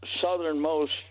southernmost